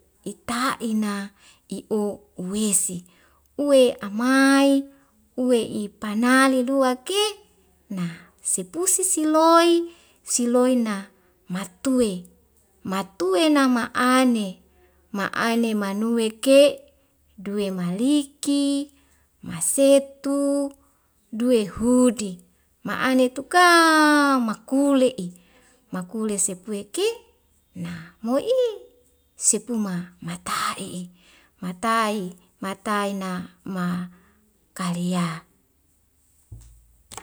Ita'ina i'o uwese uwe amai uwe'i panali luwe ke na sepusi siloi siloi na matuwe matuwe nama'ane ma'ane manuwe ke duwe maliki masetu duwe hudi ma'ane tukaaa makule'i makule sepue ke na mo'i sepuma mata i'i matai mataina ma kali ya